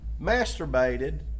masturbated